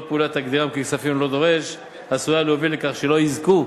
פעולה תגדירם כ"כספים ללא דורש" עשויה להוביל לכך שלא יזכו,